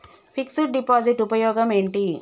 Fix డ్ deposit ఉపయోగం ఏంటి?